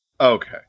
Okay